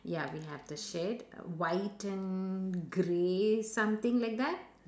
ya we have the shed white and grey something like that